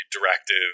directive